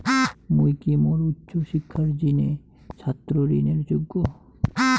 মুই কি মোর উচ্চ শিক্ষার জিনে ছাত্র ঋণের যোগ্য?